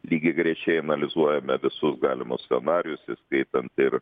lygiagrečiai analizuojame visus galimus scenarijus įskaitant ir